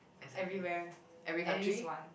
everywhere at least once